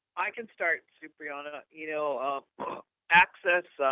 i can start seprieono. you know ah access